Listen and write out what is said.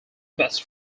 best